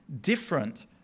different